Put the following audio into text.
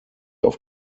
auf